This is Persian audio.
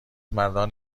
مردان